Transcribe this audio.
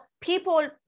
people